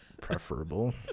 preferable